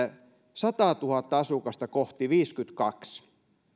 sataatuhatta asukasta kohti viisikymmentäkaksi